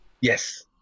Yes